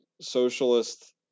socialist